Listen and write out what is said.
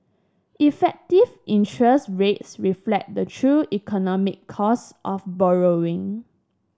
effective interest rates reflect the true economic cost of borrowing